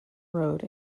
road